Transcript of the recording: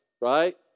right